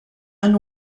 and